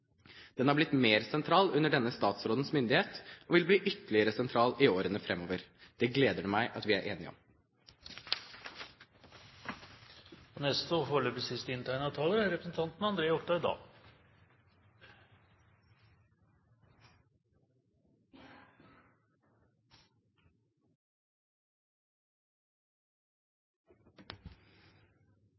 Den har blitt mer sentral under denne statsrådens myndighet, og vil bli ytterligere mer sentral i årene framover. Det gleder meg at vi er enige om det. Interpellanten reiser et viktig spørsmål. Rettsmedisinsk sakkyndighet som brukes og tolkes på rett måte, er